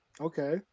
Okay